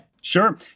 Sure